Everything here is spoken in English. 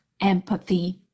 empathy